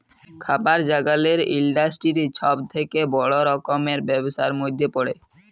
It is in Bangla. খাবার জাগালের ইলডাসটিরি ছব থ্যাকে বড় রকমের ব্যবসার ম্যধে পড়ে